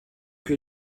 que